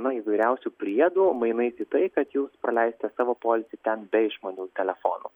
nu įvairiausių priedų mainais į tai kad jūs praleisite savo poilsį ten be išmanių telefonų